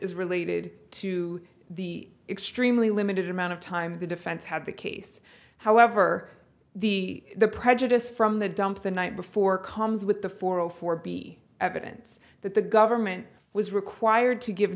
is related to the extremely limited amount of time the defense had the case however the the prejudice from the dump the night before comes with the four o four b evidence that the government was required to give